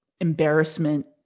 embarrassment